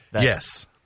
Yes